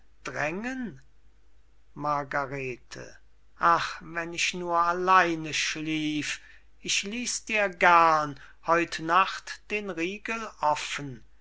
margarete ach wenn ich nur alleine schlief ich ließ dir gern heut nacht den riegel offen